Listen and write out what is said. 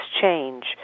change